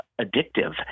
addictive